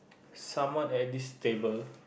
somewhat at this table